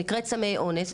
שנקראת סמי אונס,